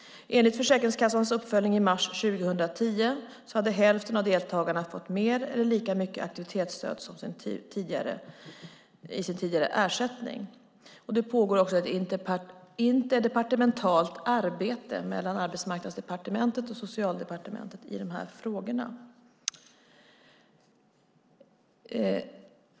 Enligt Försäkringskassans uppföljning i mars 2010 hade hälften av deltagarna fått mer eller lika mycket aktivitetsstöd som i sin tidigare ersättning. Det pågår också ett interdepartementalt arbete mellan Arbetsmarknadsdepartementet och Socialdepartementet i de här frågorna.